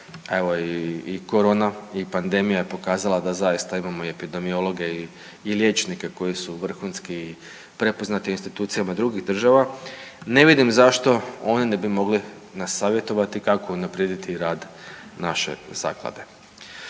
Evo i korona i pandemija je pokazala da imamo i epidemiologe i liječnike koji su vrhunski i prepoznati u institucijama drugih država. Ne vidim zašto oni ne bi mogli nas savjetovati kako unaprijediti rad naše zaklade.